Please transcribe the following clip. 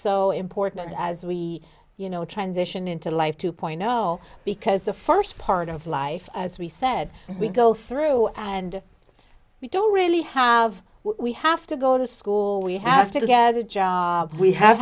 so important as we you know transition into life two point zero because the first part of life as we said we go through and we don't really have we have to go to school we have to get a job we have